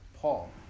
paul